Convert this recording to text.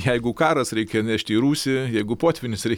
jeigu karas reikia nešti į rūsį jeigu potvynis reik